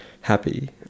happy